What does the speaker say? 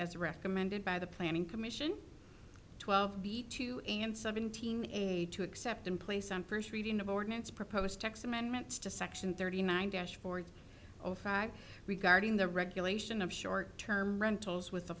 joint as recommended by the planning commission twelve b to seventeen aid to accept in place on first reading of ordinance proposed tax amendments to section thirty nine dashboard regarding the regulation of short term rentals with